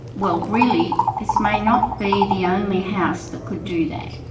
well really, this may not be the only house that could do that.